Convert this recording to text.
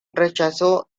rechazó